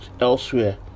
elsewhere